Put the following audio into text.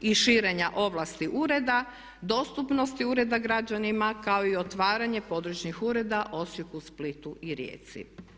i širenja ovlasti ureda, dostupnosti ureda građanima kao i otvaranje područnih ureda Osijeku, Splitu i Rijeci.